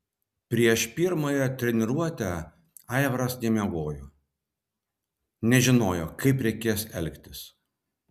prieš pirmąją treniruotę aivaras nemiegojo nežinojo kaip reikės elgtis